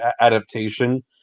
adaptation